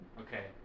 Okay